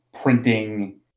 printing